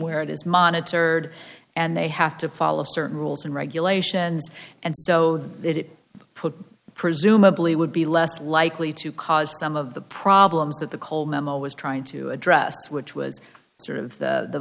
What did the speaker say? where it is monitored and they have to follow certain rules and regulations and so that it put presumably would be less likely to cause some of the problems that the coal memo was trying to address which was sort of the